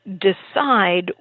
decide